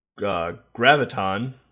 Graviton